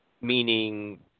meaning